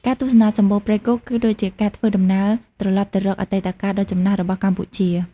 ការទស្សនាសំបូរព្រៃគុកគឺដូចជាការធ្វើដំណើរត្រឡប់ទៅរកអតីតកាលដ៏ចំណាស់របស់កម្ពុជា។